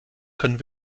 können